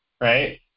right